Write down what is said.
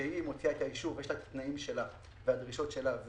שמוציאה את האישור והתנאים שלה והדרישות שלה.